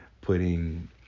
putting